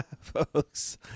folks